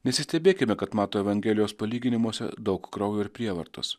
nesistebėkime kad mato evangelijos palyginimuose daug kraujo ir prievartos